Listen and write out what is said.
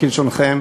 כלשונכם,